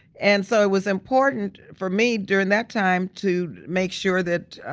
and so it was important for me during that time to make sure that